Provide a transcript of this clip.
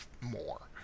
more